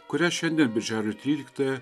kurią šiandien birželio tryliktąją